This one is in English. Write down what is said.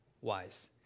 wise